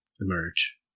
emerge